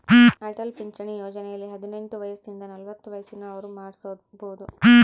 ಅಟಲ್ ಪಿಂಚಣಿ ಯೋಜನೆಯಲ್ಲಿ ಹದಿನೆಂಟು ವಯಸಿಂದ ನಲವತ್ತ ವಯಸ್ಸಿನ ಅವ್ರು ಮಾಡ್ಸಬೊದು